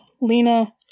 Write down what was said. Lena